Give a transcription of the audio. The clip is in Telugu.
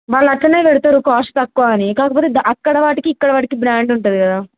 వాళ్ళ అక్కడనే పెడతారు కాస్ట్ తక్కువ అని కాకపోతే అక్కడ వాటికి ఇక్కడ వాటికి బ్రాండ్ ఉంటుంది కదా